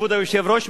כבוד היושב-ראש,